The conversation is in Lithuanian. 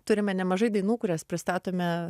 turime nemažai dainų kurias pristatome